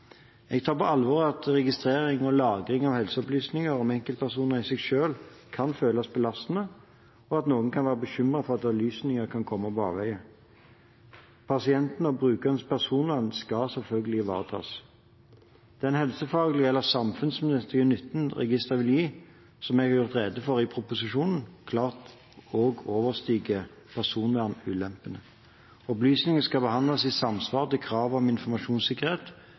seg selv kan føles belastende, og at noen kan være bekymret for at opplysningene kan komme på avveier. Pasientenes og brukernes personvern skal selvfølgelig ivaretas. Den helsefaglige eller samfunnsmessige nytten av registeret vil, som jeg har gjort rede for i proposisjonen, klart overstige personvernulempene. Opplysningene skal behandles i samsvar med krav om informasjonssikkerhet,